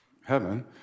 heaven